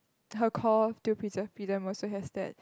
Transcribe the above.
her call to preserve freedom also has that